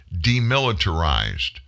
demilitarized